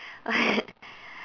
but